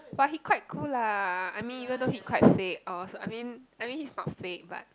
but he quite cool lah I mean even though he quite fake or I mean I mean he's not fake but